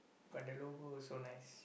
but the logo also nice